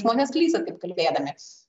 žmonės klysta kaip kalbėdami